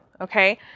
okay